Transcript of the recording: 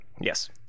yes